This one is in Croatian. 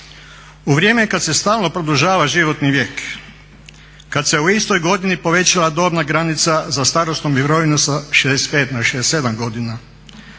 U vrijeme kad se stalno produžava životni vijek, kad se u istoj godini povećala dobna granica za starosnu mirovinu na 65 na 67 godina,